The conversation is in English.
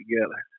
together